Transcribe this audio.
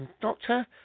Doctor